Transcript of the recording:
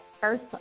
first